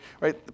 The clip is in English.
right